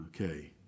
Okay